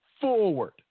forward